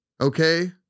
Okay